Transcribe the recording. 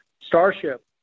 Starship